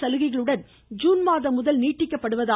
சலுகைகளுடன் ஜுன்மாதம் முதல் நீட்டிக்கப்படுகிறது